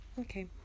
okay